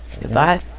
Goodbye